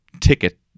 ticket